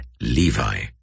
Levi